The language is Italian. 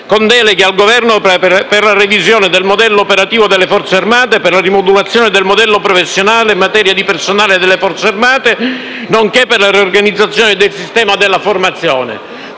Deleghe al Governo per la revisione del modello operativo delle Forze armate, per la rimodulazione del modello professionale in materia di personale delle Forze armate, nonché per la riorganizzazione del sistema della formazione».